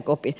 puhemies